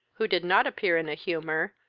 who did not appear in a humour,